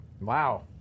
Wow